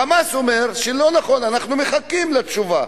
ה"חמאס" אומר שלא נכון, אנחנו מחכים לתשובה.